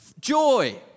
joy